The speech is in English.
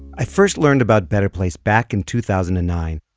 i first learned about better place back in two thousand and nine,